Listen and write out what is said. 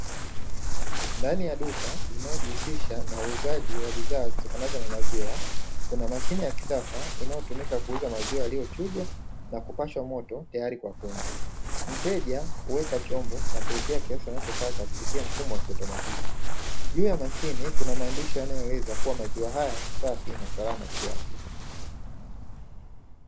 Ndani ya duka linalojihusisha na uuzaji wa bidhaa zitokanazo na maziwa, kuna mashine ya kisasa inayotumika kuuza maziwa yaliyochujwa na kupashwa moto tayari kwa kunywa. Mteja huweka chombo na kulipia kiasi anachotaka kupitia mfumo wa kiautomatiki. Juu ya mashine kuna maandishi yanayoeleza kuwa maziwa haya ni safi na salama kiafya.